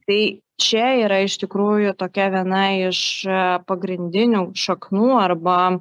tai čia yra iš tikrųjų tokia viena iš pagrindinių šaknų arba